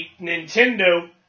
Nintendo